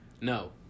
No